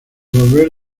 volver